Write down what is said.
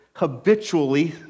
habitually